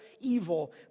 evil